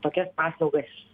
tokias paslaugas